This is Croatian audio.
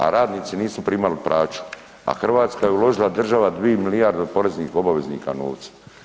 A radnici nisu primali plaću a Hrvatska je uložila država 2 milijuna od poreznih obveznika novca.